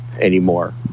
anymore